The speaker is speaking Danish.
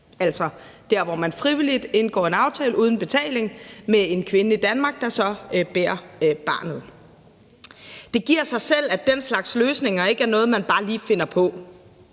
altså der, hvor man frivilligt indgår en aftale uden betaling med en kvinde i Danmark, der så bærer barnet. Det giver sig selv, at den slags løsninger ikke er noget, man bare lige finder på.